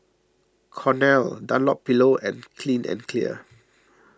Cornell Dunlopillo and Clean and Clear